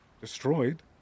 destroyed